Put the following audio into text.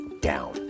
down